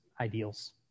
ideals